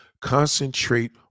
concentrate